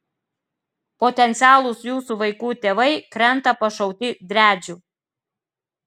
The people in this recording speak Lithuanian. potencialūs jūsų vaikų tėvai krenta pašauti driadžių